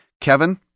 Kevin